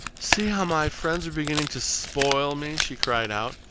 see how my friends are beginning to spoil me! she cried out.